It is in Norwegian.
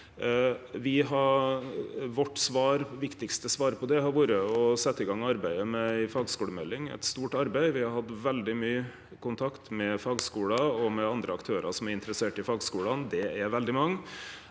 Vårt viktigaste svar på det har vore å setje i gang arbeidet med ei fagskulemelding, som er eit stort arbeid. Me har hatt veldig mykje kontakt med fagskular og med andre aktørar som er interesserte i fagskulane – det er veldig mange